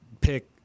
pick